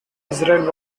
israel